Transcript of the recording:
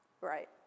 right